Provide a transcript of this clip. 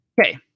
Okay